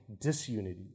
disunity